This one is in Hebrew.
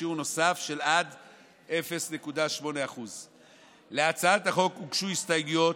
בשיעור נוסף של עד 0.8%. להצעת החוק הוגשו הסתייגויות,